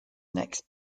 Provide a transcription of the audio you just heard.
next